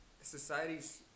society's